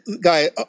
guy